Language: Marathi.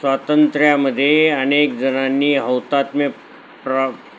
स्वातंत्र्यामध्ये अनेक जणांनी हौतात्म्य प्र